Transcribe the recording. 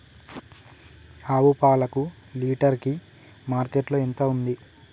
ఆవు పాలకు లీటర్ కి మార్కెట్ లో ఎంత ఉంది?